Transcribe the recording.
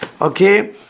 Okay